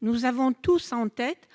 Nous avons tous en tête